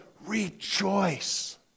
Rejoice